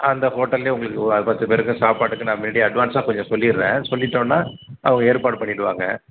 அந்த ஹோட்டலேயே உங்களுக்கு பத்து பேருக்கும் சாப்பாட்டுக்கு நான் முன்னாடியே அட்வான்ஸாக கொஞ்சம் சொல்லிடுறேன் சொல்லிவிட்டோன்னா அவங்க ஏற்பாடு பண்ணிவிடுவாங்க